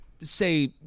say